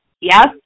yes